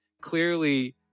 Clearly